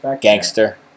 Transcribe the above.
gangster